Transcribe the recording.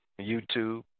YouTube